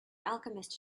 alchemist